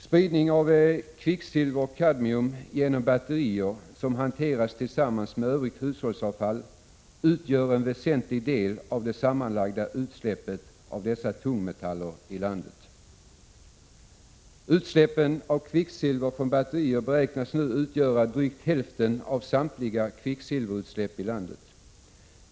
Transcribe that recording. Spridning av kvicksilver och kadmium genom batterier, som hanteras tillsammans med övrigt hushållsavfall, utgör en väsentlig del av det sammanlagda utsläppet av dessa tungmetaller i landet. Utsläppen av kvicksilver från batterier beräknas nu utgöra drygt hälften av samtliga kvicksilverutsläpp i vårt land.